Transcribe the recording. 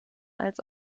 als